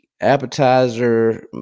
appetizer